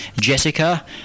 Jessica